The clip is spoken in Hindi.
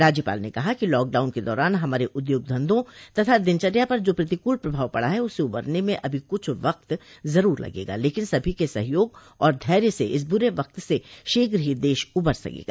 राज्यपाल ने कहा कि लॉकडाउन के दौरान हमारे उद्योग धन्धों तथा दिनचर्या पर जो प्रतिकूल प्रभाव पड़ा है उससे उबरने में अभी कुछ वक्त जरूर लगेगा लेकिन सभी के सहयोग और धैर्य से इस बुरे वक्त से शीघ्र ही देश उबर सकेगा